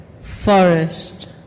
forest